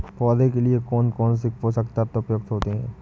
पौधे के लिए कौन कौन से पोषक तत्व उपयुक्त होते हैं?